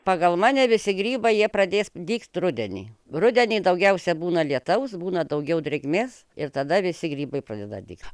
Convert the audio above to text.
pagal mane visi grybai jie pradės dygt rudenį rudenį daugiausia būna lietaus būna daugiau drėgmės ir tada visi grybai pradeda dygt